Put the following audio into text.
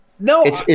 No